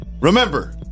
Remember